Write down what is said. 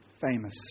famous